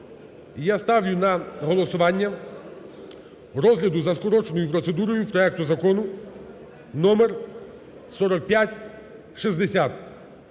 я ставлю на голосування розгляду за скороченою процедурою проекту закону номер 4560.